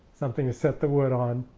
something to set the wood on,